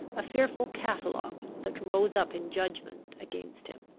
a fearful catalogue that rose up in judgment against him.